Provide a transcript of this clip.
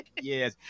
Yes